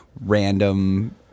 random